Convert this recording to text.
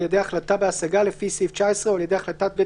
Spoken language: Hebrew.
או על ידי החלטה בהשגה לפי סעיף 19 או על ידי החלטת בית